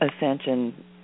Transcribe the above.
ascension